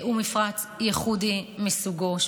הוא מפרץ ייחודי מסוגו.